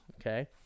okay